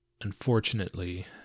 unfortunately